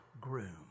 groom